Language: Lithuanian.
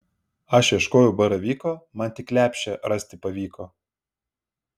aš ieškojau baravyko man tik lepšę rasti pavyko